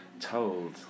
told